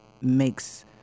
makes